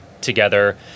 together